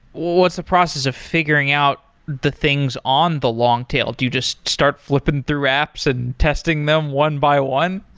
what's the process of figuring out the things on the long tale? do you just start flipping through apps and testing them one by one?